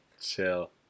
Chill